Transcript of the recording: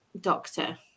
doctor